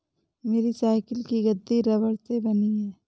मेरी साइकिल की गद्दी रबड़ से बनी है